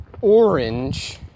orange